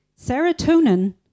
Serotonin